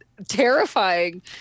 terrifying